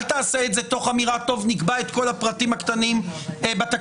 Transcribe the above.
אל תעשה את זה תוך אמירה שנקבע את כל הפרטים הקטנים בתקנון.